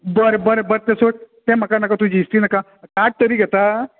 बरें बरें बरें तें सोड तें म्हाका नाका तुजी हिस्ट्री नाका कार्ड तरी घेता